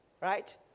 right